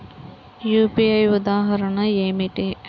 UPI ఉదాహరణ ఏమిటి?